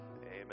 Amen